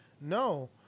No